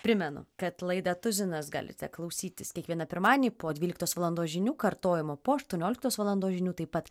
primenu kad laidą tuzinas galite klausytis kiekvieną pirmadienį po dvyliktos valandos žinių kartojimo po aštuonioliktos valandos žinių taip pat